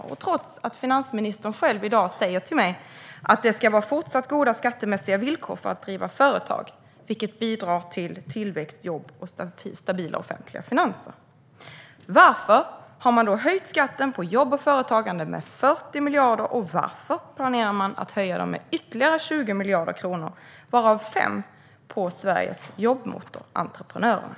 Det görs trots att finansministern själv i dag säger till mig att det ska vara fortsatt goda skattemässiga villkor för att driva företag, vilket bidrar till tillväxt, jobb och stabila offentliga finanser. Varför har man höjt skatten på jobb och företagande med 40 miljarder? Och varför planerar man att höja den med ytterligare 20 miljarder kronor, varav 5 på Sveriges jobbmotor - entreprenörerna?